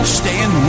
stand